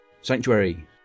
Sanctuary